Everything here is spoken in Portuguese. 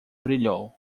brilhou